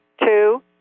two